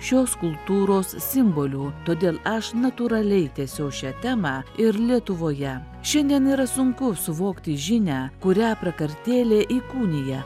šios kultūros simbolių todėl aš natūraliai tęsiau šią temą ir lietuvoje šiandien yra sunku suvokti žinią kurią prakartėlė įkūnija